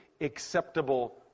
acceptable